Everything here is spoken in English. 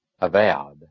avowed